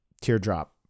teardrop